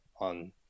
on